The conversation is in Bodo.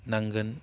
नांगोन